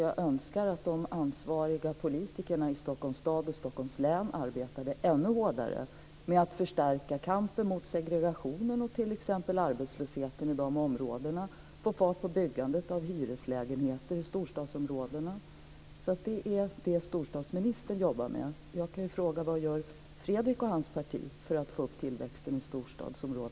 Jag önskar att de ansvariga politikerna i Stockholms stad och Stockholms län arbetade ännu hårdare med att förstärka kampen mot segregationen och arbetslösheten och för att få fart på byggandet av hyreslägenheter i storstadsområdena. Det är detta som storstadsministern jobbar med.